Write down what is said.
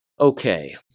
Okay